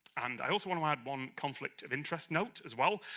and i also want to add one conflict of interest note as well.